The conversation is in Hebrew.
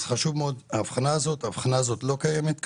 ההבחנה הזאת לא קיימת כאן.